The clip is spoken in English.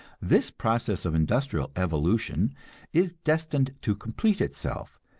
this process of industrial evolution is destined to complete itself,